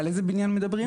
על איזה בניין מדברים?